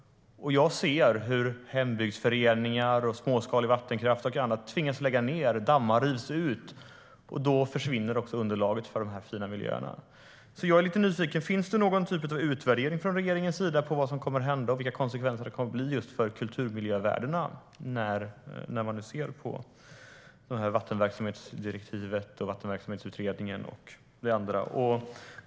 Jag ser hur hembygdsföreningar och småskalig vattenkraft tvingas lägga ned. Dammar rivs ut, och då försvinner också underlaget för dessa fina miljöer. Jag är lite nyfiken. Finns det någon typ av utvärdering från regeringen när det gäller vilka konsekvenser det kommer att få just för kulturmiljövärdena när man nu ser på vattenverksamhetsdirektivet och Vattenverksamhetsutredningen?